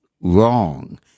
wrong